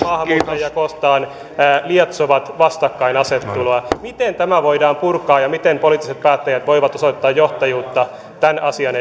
maahanmuuttajia kohtaan lietsovat vastakkainasettelua miten tämä voidaan purkaa ja miten poliittiset päättäjät voivat osoittaa johtajuutta tämän asian